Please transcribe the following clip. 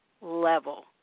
level